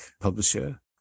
publisher